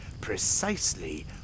precisely